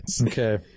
Okay